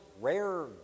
rare